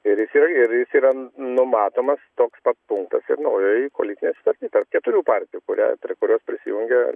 ir jis yra ir jis yra numatomas toks punktas ir naujoj koalicinėj sutarty tarp keturių partijų kurią prie kurios prisijungia